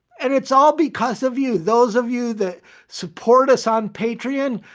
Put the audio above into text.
and it's all because of you, those of you that support us on patreon,